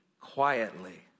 quietly